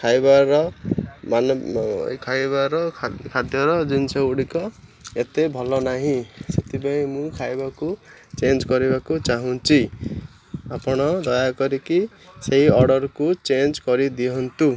ଖାଇବାର ମାନେ ଏ ଖାଇବାର ଖାଦ୍ୟର ଜିନିଷ ଗୁଡ଼ିକ ଏତେ ଭଲ ନାହିଁ ସେଥିପାଇଁ ମୁଁ ଖାଇବାକୁ ଚେଞ୍ଜ କରିବାକୁ ଚାହୁଁଛି ଆପଣ ଦୟାକରିକି ସେଇ ଅର୍ଡ଼ର୍କୁ ଚେଞ୍ଜ କରିଦିଅନ୍ତୁ